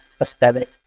aesthetic